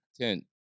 Ten